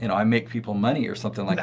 and i make people money or something like